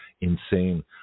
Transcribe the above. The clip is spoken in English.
insane